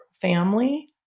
family